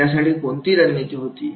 यासाठी तुमची कोणती रणनीती होती